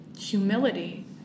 Humility